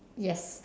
yes